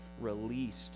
released